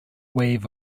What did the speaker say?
wave